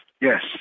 Yes